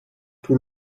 tout